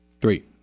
Three